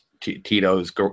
Tito's